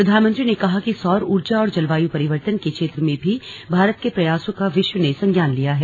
प्रधानमंत्री ने कहा कि सौर ऊर्जा और जलवायु परिवर्तन के क्षेत्र में भी भारत के प्रयासों का विश्व् ने संज्ञान लिया है